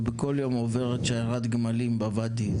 ובכל יום עוברת שיירת גמלים בוואדי,